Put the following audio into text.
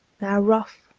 now rough,